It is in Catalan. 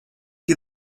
qui